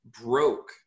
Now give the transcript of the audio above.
broke